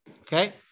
Okay